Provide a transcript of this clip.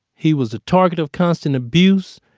he was a target of constant abuse,